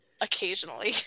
occasionally